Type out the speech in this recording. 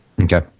Okay